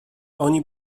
oni